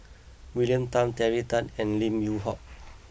William Tan Terry Tan and Lim Yew Hock